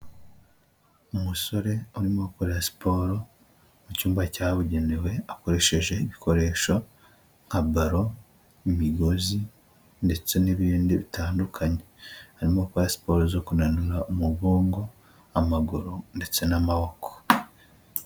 Umusore urimo gukorera siporo mu cyumba cyabugenewe, akoresheje ibikoresho nka baro, imigozi ndetse n'ibindi bitandukanye, arimo gukora siporo zo kunanura umugongo, amaguru ndetse n'amaboko.